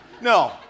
No